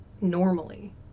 normally